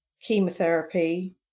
chemotherapy